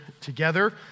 together